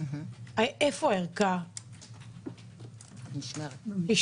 איפה הערכה נשמרת?